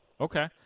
okay